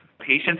Patients